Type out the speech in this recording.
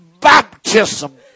baptism